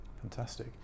fantastic